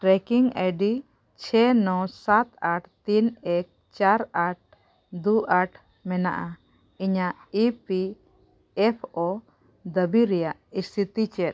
trekking ID ᱪᱷᱚ ᱱᱚ ᱥᱟᱛ ᱟᱴ ᱛᱤᱱ ᱮᱠ ᱪᱟᱨ ᱟᱴ ᱫᱩ ᱟᱴ ᱢᱮᱱᱟᱜᱼᱟ ᱤᱧᱟᱹᱜ ᱤ ᱯᱤ ᱮᱯᱷ ᱳ ᱫᱟᱹᱵᱤ ᱨᱮᱭᱟᱜ ᱤᱥᱛᱤᱛᱷᱤ ᱪᱮᱫ